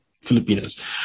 Filipinos